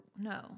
No